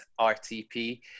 rtp